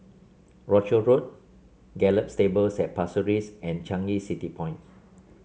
Rochor Road Gallop Stables at Pasir Ris and Changi City Point